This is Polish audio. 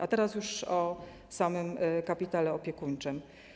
A teraz już o samym kapitale opiekuńczym.